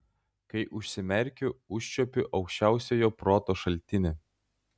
kai užsimerkiu užčiuopiu aukščiausiojo proto šaltinį